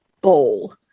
bowl